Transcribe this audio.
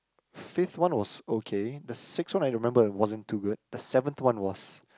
fifth one was okay the sixth one I remember wasn't too good the seventh one was